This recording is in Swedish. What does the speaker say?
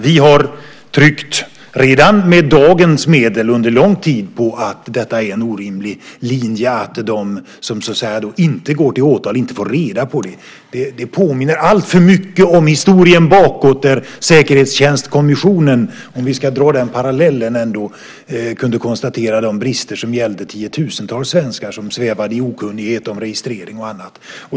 Vi har tryckt på under lång tid att dagens medel är en orimlig linje, det vill säga att de som inte går vidare till åtal inte får reda på detta. Det påminner alltför mycket om historien bakåt där Säkerhetstjänstkommissionen - om vi ändå ska dra den parallellen - kunde konstatera de brister som gällde tiotusentals svenskar som svävade i okunnighet om registrering och annat.